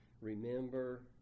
remember